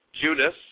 Judas